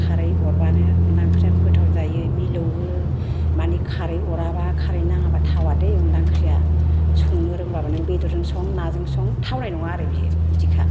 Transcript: खारै अरबानो अनला ओंख्रिया गोथाव जायो मिलौवो माने खारै अराबा खारै नाङाबा थावा दे अनला ओंख्रिया संनो रोंबाबो नों बेदरजों सं नाजों सं थावनाय नङा आरो बियो बिदिखा